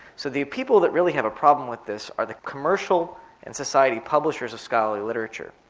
so the people that really have a problem with this are the commercial and society publishers of scholarly literature,